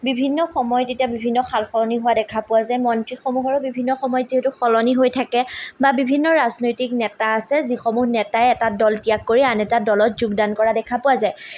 বিভিন্ন সময়ত তেতিয়া বিভিন্ন সাল সলনি হোৱা দেখা পোৱা যায় মন্ত্ৰীসমূহৰো বিভিন্ন সময়ত যিহেতু সলনি হৈ থাকে বা বিভিন্ন ৰাজনৈতিক নেতা আছে যিসমূহ নেতাই এটা দল ত্যাগ কৰি আন এটা দলত যোগদান কৰা দেখা পোৱা যায়